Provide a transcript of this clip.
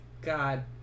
God